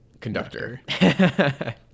conductor